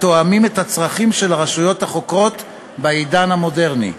התואמים את הצרכים של הרשויות החוקרות בעידן המודרני.